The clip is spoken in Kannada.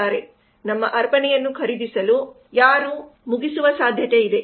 ನಮ್ಮ ಅರ್ಪಣೆಯನ್ನು ಖರೀದಿಸಲು ಯಾರು ಹತ್ಯೆ ಮಾಡುವ ಸಾಧ್ಯತೆಯಿದೆ